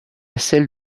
celle